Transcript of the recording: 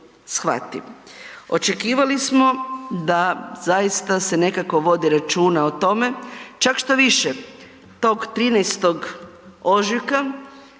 očekivali smo da zaista se nekako vodi računa o tome, čak štoviše tog 13.ožujka